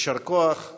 יישר כוח גדול.